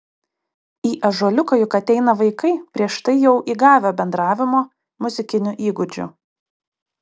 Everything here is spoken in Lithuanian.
į ąžuoliuką juk ateina vaikai prieš tai jau įgavę bendravimo muzikinių įgūdžių